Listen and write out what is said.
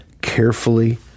carefully